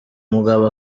mugabo